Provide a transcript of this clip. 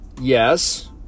yes